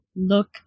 look